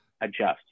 adjust